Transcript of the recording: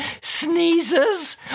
sneezes